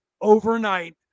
overnight